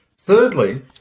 Thirdly